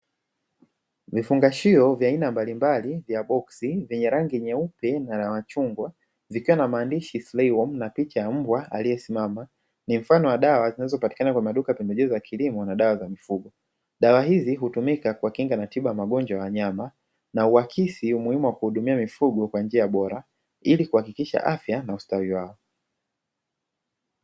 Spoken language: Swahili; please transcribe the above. Vifungashio vya aina mbalimbali vya boksi vyenye rangi nyeupe na machungwa, zikiwa na maandishi slayi womu, na picha ya mbwa aliyesimama ni mfano wa dawa zinazopatikana kwa maduka pembejeo za kilimo na dawa za mifugo dawa hizi hutumika kwa kinga na tiba ya magonjwa ya nyama na uhakisi umuhimu wa kuhudumia mifugo kwa njia bora ili kuhakikisha afya na ustawi wao.